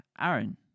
Aaron